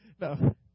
no